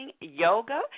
yoga